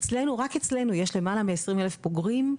אצלנו רק אצלנו יש למעלה מ-20 אלף בוגרים,